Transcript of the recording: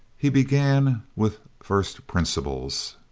he began with first principles.